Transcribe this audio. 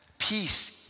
Peace